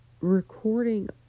recording